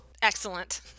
Excellent